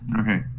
okay